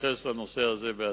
תתייחס לנושא הזה בעתיד.